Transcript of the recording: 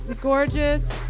Gorgeous